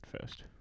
first